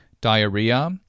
diarrhea